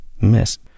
miss